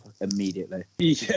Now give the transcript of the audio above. immediately